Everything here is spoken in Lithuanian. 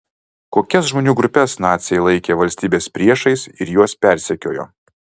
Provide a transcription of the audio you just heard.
kokias žmonių grupes naciai laikė valstybės priešais ir juos persekiojo